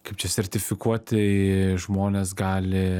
kaip čia sertifikuoti žmonės gali